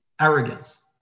arrogance